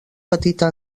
petita